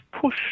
push